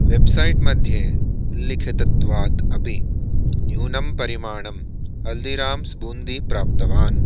website मध्ये उल्लिखितत्वात् अपि न्यूनं परिमाणं हल्दिराम्स् बून्दी प्राप्तवान्